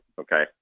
Okay